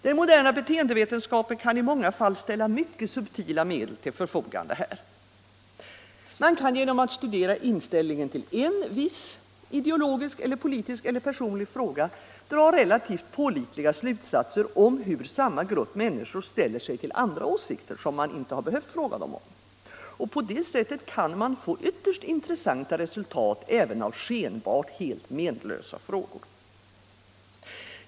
Den moderna beteendevetenskapen kan i många fall ställa mycket subtila medel till förfogande: Man kan genom att studera inställningen till en viss, ideologisk eller politisk eller personlig fråga, dra relativt pålitliga slutsatser om hur samma grupp människor ställer sig till andra åsikter, som man inte har behövt fråga dem om. På det sättet kan man få ytterst intressanta resultat även av skenbart helt menlösa frågor.